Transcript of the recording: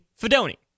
Fedoni